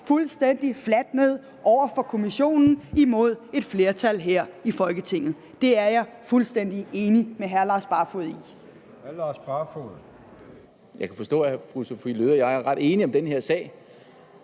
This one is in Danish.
fuldstændig fladt ned for Kommissionen imod et flertal her i Folketinget. Det er jeg fuldstændig enig med hr. Lars Barfoed i. Kl. 11:31 Formanden: Hr.